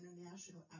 International